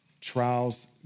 Trials